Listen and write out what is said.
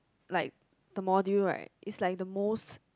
like the module right is like the most